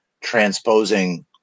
transposing